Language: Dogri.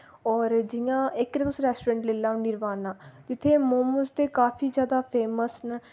और जि'यां इक ते तुस रैस्टोरैन्ट लेई लैओ निर्वाणा जित्थै मोमोस ते काफी ज्यादा फेमस न